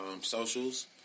socials